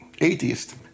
atheist